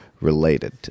related